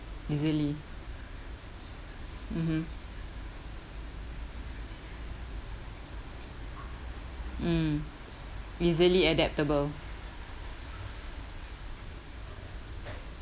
easily mmhmm mm easily adaptable